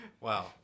Wow